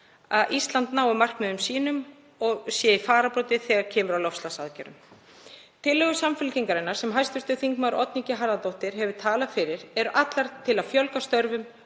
Ísland nái markmiðum sínum og sé í fararbroddi þegar kemur að loftslagsaðgerðum. Tillögur Samfylkingarinnar sem hv. þm. Oddný G. Harðardóttir hefur talað fyrir eru allar til að fjölga störfum,